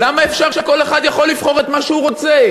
למה אפשר שכל אחד יבחר את מה שהוא רוצה?